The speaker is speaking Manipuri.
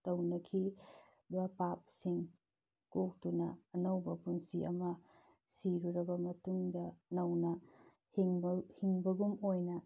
ꯇꯧꯅꯈꯤꯕ ꯄꯥꯞꯁꯤꯡ ꯀꯣꯛꯇꯨꯅ ꯑꯅꯧꯕ ꯄꯨꯟꯁꯤ ꯑꯃ ꯁꯤꯔꯨꯔꯕ ꯃꯇꯨꯡꯗ ꯅꯧꯅ ꯍꯤꯡꯕꯒꯨꯝ ꯑꯣꯏꯅ